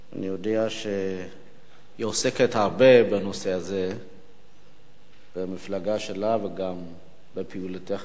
אני יודע שהיא עוסקת הרבה בנושא הזה במפלגה שלה וגם בפעולתה היומיומית.